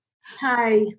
Hi